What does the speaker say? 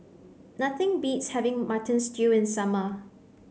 nothing beats having mutton stew in summer